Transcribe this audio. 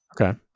Okay